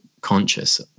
conscious